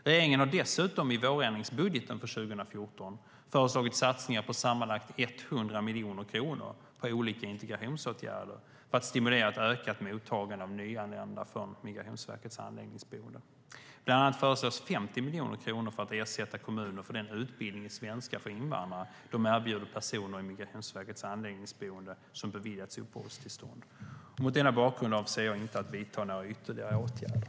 Regeringen har dessutom i vårändringsbudgeten för 2014 föreslagit satsningar på sammanlagt 100 miljoner kronor på olika integrationsåtgärder för att stimulera ett ökat mottagande av nyanlända från Migrationsverkets anläggningsboende. Bland annat föreslås 50 miljoner kronor för att ersätta kommuner för den utbildning i svenska för invandrare de erbjuder personer i Migrationsverkets anläggningsboende som beviljats uppehållstillstånd. Mot denna bakgrund avser jag inte att vidta några ytterligare åtgärder.